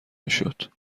میشد